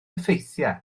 effeithiau